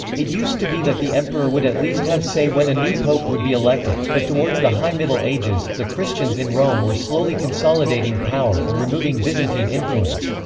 it used to be that the emperor would at least have say when a new pope would be elected, but towards the high middle ages, the christians in rome were slowly consolidating power and removing byzantine influence.